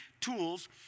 tools